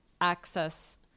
access